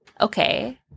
okay